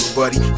buddy